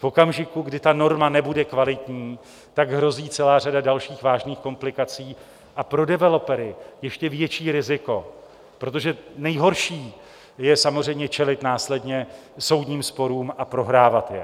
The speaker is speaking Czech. V okamžiku, kdy ta norma nebude kvalitní, hrozí celá řada dalších vážných komplikací a pro developery ještě větší riziko, protože nejhorší je samozřejmě čelit následně soudním sporům a prohrávat je.